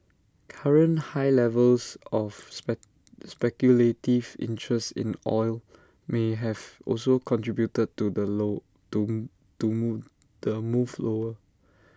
current high levels of speculative interest in oil may have also contributed to the low to to move the move lower